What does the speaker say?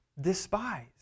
despise